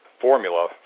formula